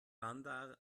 bandar